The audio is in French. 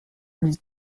lui